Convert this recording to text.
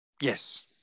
Yes